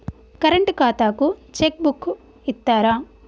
Current ఖాతాకు cheque book ఇత్తరా?